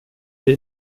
wir